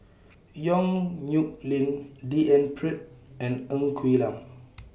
Yong Nyuk Lin D N Pritt and Ng Quee Lam